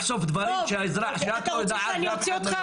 לחשוף דברים שאת לא יודעת ואף אחד לא יודע.